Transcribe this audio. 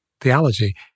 theology